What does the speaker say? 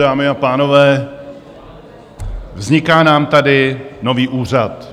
Dámy a pánové, vzniká nám tady nový úřad.